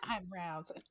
eyebrows